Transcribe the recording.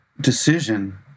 decision